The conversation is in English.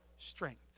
strength